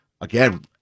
again